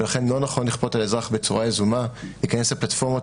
ולכן לא נכון לכפות על אזרח בצורה יזומה להיכנס לפלטפורמות,